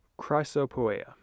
Chrysopoeia